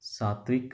Satwik